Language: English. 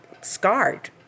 scarred